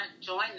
join